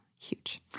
huge